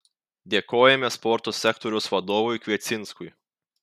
dėkojame sporto sektoriaus vadovui kviecinskui